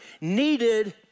needed